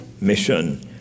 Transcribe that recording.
mission